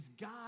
God